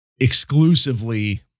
exclusively